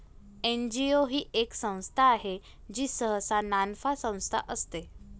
NGO ही एक संस्था आहे जी सहसा नानफा संस्था असते